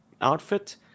outfit